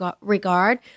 regard –